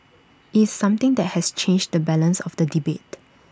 it's something that has changed the balance of the debate